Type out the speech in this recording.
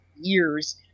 years